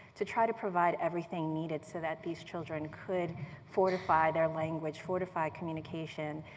to try to provide everything needed so that these children could fortify their language, fortify communication.